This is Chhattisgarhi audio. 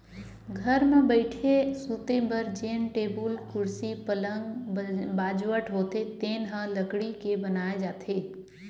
घर म बइठे, सूते बर जेन टेबुल, कुरसी, पलंग, बाजवट होथे तेन ह लकड़ी के बनाए जाथे